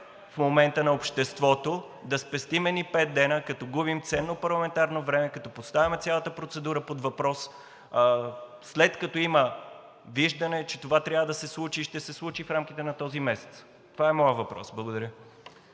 в момента на обществото – да спестим едни пет дни, като губим ценно парламентарно време, като поставяме цялата процедура под въпрос, след като има виждане, че това трябва да се случи и ще се случи в рамките на този месец? Това е моят въпрос. Благодаря.